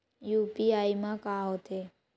UPI मा का होथे?